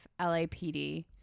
LAPD